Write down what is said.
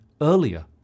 earlier